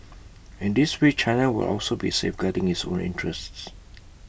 in this way China will also be safeguarding its own interests